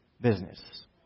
business